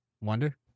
Wonder